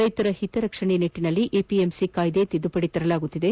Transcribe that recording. ರೈತರ ಹಿತ ಕಾಯುವ ನಿಟ್ಟಿನಲ್ಲಿ ಎಪಿಎಂಸಿ ಕಾಯ್ದೆ ತಿದ್ದುಪಡಿ ತರಲಾಗುತ್ತಿದೆ